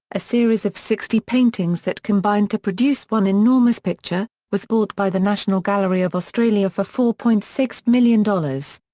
a series of sixty paintings that combined to produce one enormous picture, was bought by the national gallery of australia for four point six million dollars.